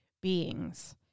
beings